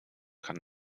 kann